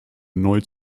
neu